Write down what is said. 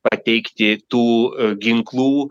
pateikti tų ginklų